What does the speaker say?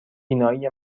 بینایی